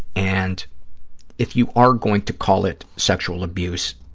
and if you are going to call it sexual abuse,